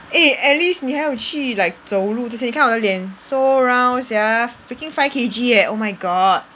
eh at least 你还有去 like 走路这些你看我的脸 so round sia freaking five K_G eh oh my god